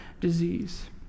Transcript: disease